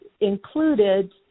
included